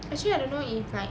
actually I don't know if like